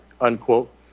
unquote